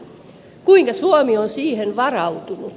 kuinka suomi on siihen varautunut